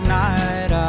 night